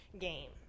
game